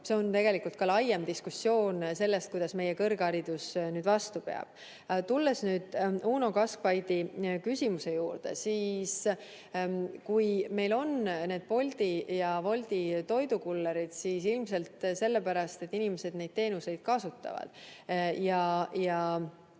See on tegelikult laiem diskussioon veel sellest, kuidas meie kõrgharidus nüüd vastu peab. Tulles nüüd Uno Kaskpeiti küsimuse juurde, kui meil on need Bolti ja Wolti toidukullerid, siis ilmselt sellepärast, et inimesed neid teenuseid kasutavad.